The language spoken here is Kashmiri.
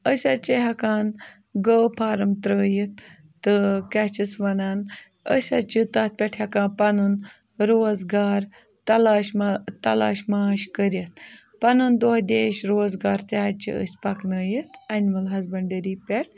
أسۍ حظ چھِ ہٮ۪کان گٲو فارَم ترٲیِتھ تہٕ کیٛاہ چھِس وَنان أسۍ حظ چھِ تَتھ پٮ۪ٹھ ہٮ۪کان پَنُن روزگار تَلاش تَلاش ماش کٔرِتھ پَنُن دۄہ دیش روزگار تہِ حظ چھِ أسۍ پَکنٲیِتھ اٮ۪نِمٕل ہَسبَنٛڈری پٮ۪ٹھ